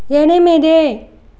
ఎనిమిది